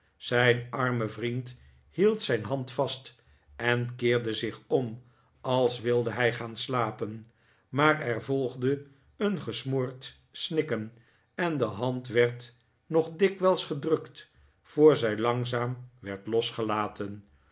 zijn arme vriend hield zijn hand vast en keerde zich om als wilde hij gaan slapen maar er volgde een gesmoord snikken en de hand werd nog dikwijls gedrukt voor zij langzaam werd losgelaten